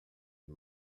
and